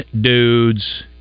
dudes